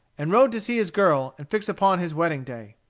and rode to see his girl and fix upon his wedding-day.